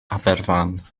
aberfan